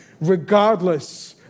regardless